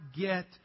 get